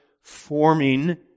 forming